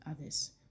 others